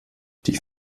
die